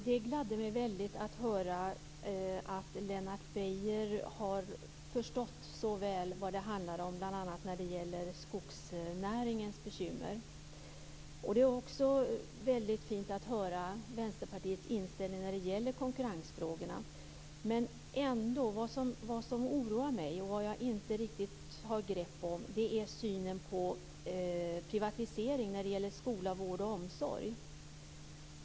Fru talman! Det gladde mig att höra att Lennart Beijer har förstått så väl vad bl.a. skogsnäringens bekymmer handlar om. Det är också fint att höra Vänsterpartiets inställning i konkurrensfrågorna. Men jag har inte riktigt grepp om Vänsterpartiets syn på privatisering av skola, vård och omsorg.